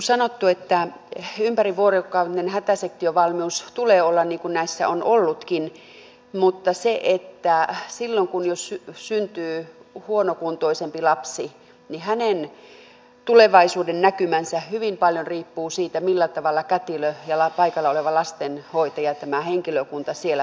niin kuin sanottu ympärivuorokautinen hätäsektiovalmius tulee olla niin kuin näissä on ollutkin mutta silloin jos syntyy huonokuntoisempi lapsi hänen tulevaisuudennäkymänsä hyvin paljon riippuvat siitä millä tavalla kätilö ja paikalla oleva lastenhoitaja toimivat tämä henkilökunta siellä